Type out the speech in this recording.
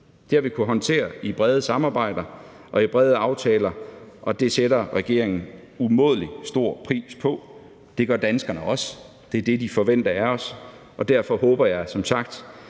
Det har vi kunnet håndtere i brede samarbejder og i brede aftaler, og det sætter regeringen umådelig stor pris på, det gør danskerne også, det er det, de forventer af os. Derfor håber jeg som sagt,